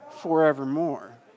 forevermore